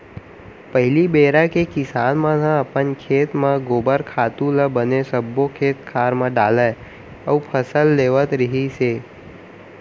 पहिली बेरा के किसान मन ह अपन खेत म गोबर खातू ल बने सब्बो खेत खार म डालय अउ फसल लेवत रिहिस हे